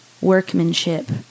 workmanship